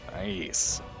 nice